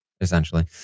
essentially